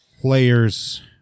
players